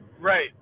Right